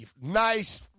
nice